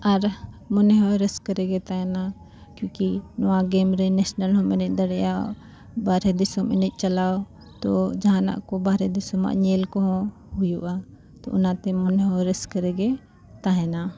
ᱟᱨ ᱢᱚᱱᱮ ᱦᱚᱸ ᱨᱟᱹᱥᱠᱟᱹ ᱨᱮᱜᱮ ᱛᱟᱦᱮᱱᱟ ᱠᱤᱭᱩᱠᱤ ᱱᱚᱣᱟ ᱜᱮᱢ ᱨᱮ ᱱᱮᱥᱱᱮᱞ ᱦᱚᱸᱢ ᱮᱱᱮᱡ ᱫᱟᱲᱮᱭᱟᱜᱼᱟ ᱵᱟᱨᱦᱮ ᱫᱤᱥᱚᱢ ᱮᱱᱮᱡ ᱪᱟᱞᱟᱣ ᱛᱚ ᱡᱟᱦᱟᱱᱟᱜ ᱠᱚ ᱵᱟᱨᱦᱮ ᱫᱤᱥᱚᱢ ᱧᱮᱞ ᱠᱚᱦᱚᱸ ᱦᱩᱭᱩᱜᱼᱟ ᱛᱚ ᱚᱱᱟᱛᱮ ᱢᱚᱱᱮ ᱦᱚᱸ ᱨᱟᱹᱥᱠᱟᱹ ᱨᱮᱜᱮ ᱛᱟᱦᱮᱱᱟ